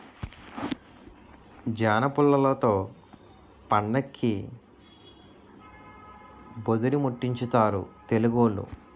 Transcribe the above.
జనపుల్లలతో పండక్కి భోధీరిముట్టించుతారు తెలుగోళ్లు